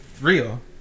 real